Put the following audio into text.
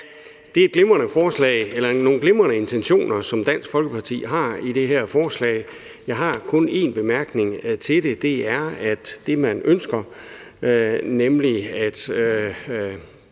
Det er nogle glimrende intentioner, som Dansk Folkeparti har i det her forslag. Jeg har kun én bemærkning til det, og det er, at det, man ønsker, nemlig at